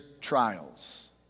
trials